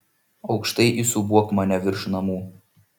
aukštai įsiūbuok mane virš namų